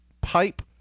pipe